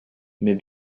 mais